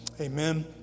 amen